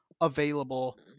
available